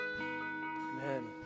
Amen